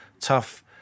tough